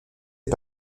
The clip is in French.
est